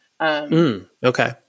Okay